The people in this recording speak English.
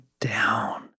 down